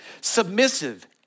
Submissive